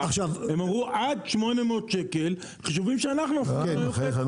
הם אמרו עד 800 שקלים חישובים שאנחנו --- בחייך.